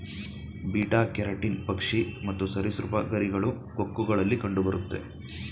beta keratin ಪಕ್ಷಿ ಮತ್ತು ಸರಿಸೃಪಗಳ ಗರಿಗಳು, ಕೊಕ್ಕುಗಳಲ್ಲಿ ಕಂಡುಬರುತ್ತೆ